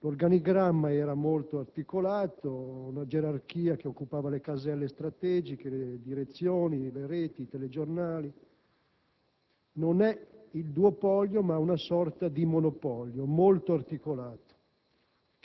L'organigramma era molto articolato, una gerarchia che occupava le caselle strategiche: le direzioni, le reti, i telegiornali. Non è il duopolio, ma una sorta di monopolio molto articolato,